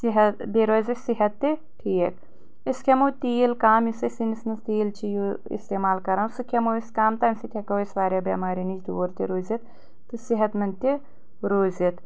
صحت تہٕ بیٚیہِ روزِ اسہِ صحت تہِ ٹھیٖک أسۍ کھٮ۪مو تیٖل کم یُس أسۍ سِنِس منٛز تیٖل چھ استعمال کران سُہ کھٮ۪مو أسۍ کم تمہِ سۭتۍ ہٮ۪کو أسۍ واریاہ بٮ۪مارٮ۪ن نِش دوٗر تہِ روٗزِتھ تہٕ صحت مند تہِ روٗزتھ